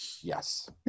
Yes